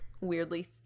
weirdly